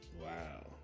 Wow